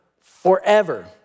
forever